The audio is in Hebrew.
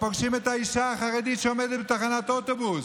הם פוגשים את האישה החרדית שעומדת בתחנת אוטובוס,